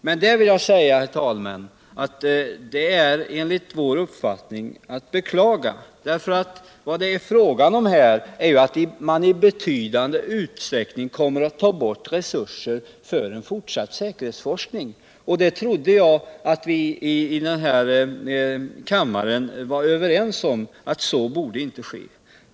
Men detta är, herr talman, enligt vår uppfattning att beklaga, för här är det fråga om att man i betydande utsträckning kommer att ta bort resurser för en fortsatt säkerhetsforskning. Det trodde jag att vii den här kammaren var överens om inte borde ske.